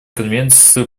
конвенцию